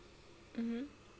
mmhmm